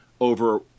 over